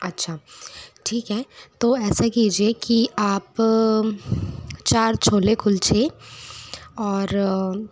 अच्छा ठीक है तो ऐसा कीजिए कि आप चार छोले कुलचे और